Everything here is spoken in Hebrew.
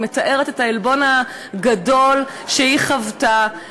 היא מתארת את העלבון הגדול שהיא חוותה,